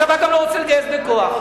הצבא גם לא רוצה לגייס בכוח.